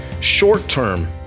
short-term